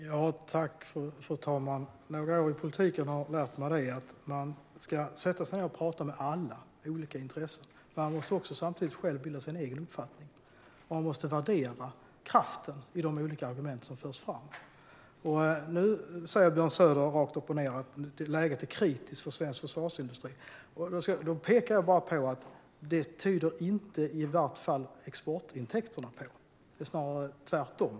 Herr talman! Några år i politiken har lärt mig att man ska sätta sig ned och prata med alla olika intressen. Samtidigt måste man själv bilda sig en egen uppfattning. Man måste också värdera kraften i de olika argument som förs fram. Nu säger Björn Söder att läget är kritiskt för svensk försvarsindustri. Då vill jag bara peka på att det tyder i vart fall inte exportintäkterna på, snarare tvärtom.